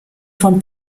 von